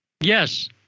Yes